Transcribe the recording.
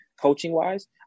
coaching-wise